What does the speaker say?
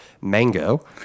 Mango